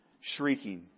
shrieking